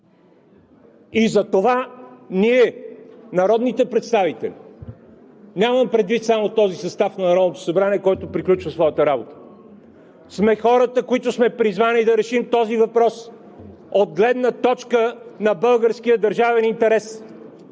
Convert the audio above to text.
Затова ние, народните представители – нямам предвид само този състав на Народното събрание, който приключва своята работа – сме хората, които сме призвани да решим този въпрос от гледна точка на българския държавен интерес!